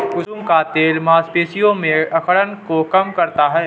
कुसुम का तेल मांसपेशियों में अकड़न को कम करता है